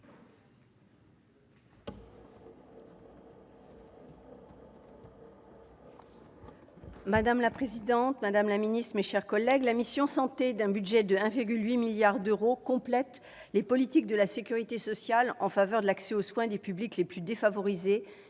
Madame la présidente, madame la ministre, mes chers collègues, la mission « Santé », d'un budget de 1,8 milliard d'euros, complète les politiques de la sécurité sociale en faveur de l'accès aux soins des publics les plus défavorisés